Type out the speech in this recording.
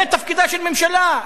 זה תפקידה של ממשלה,